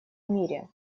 мире